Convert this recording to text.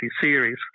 series